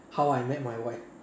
how I met my wife